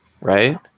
right